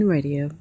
Radio